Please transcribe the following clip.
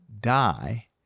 die